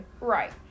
Right